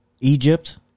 Egypt